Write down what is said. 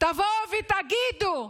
תבואו ותגידו: